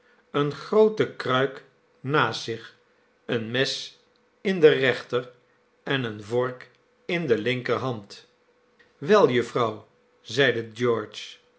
eene groote kruik naast zich een mes in de rechter en eene vork in de linkerhand wel jufvrouw zeide george